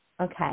Okay